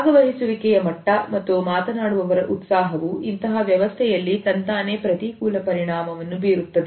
ಭಾಗವಹಿಸುವಿಕೆಯ ಮಟ್ಟ ಮತ್ತು ಮಾತನಾಡುವವರ ಉತ್ಸಾಹವು ಇಂತಹ ವ್ಯವಸ್ಥೆಯಲ್ಲಿ ತಂತಾನೇ ಪ್ರತಿಕೂಲ ಪರಿಣಾಮವನ್ನು ಬೀರುತ್ತದೆ